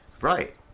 Right